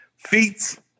feats